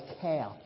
care